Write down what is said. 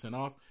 off